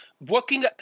working